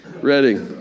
Ready